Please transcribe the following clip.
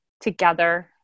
together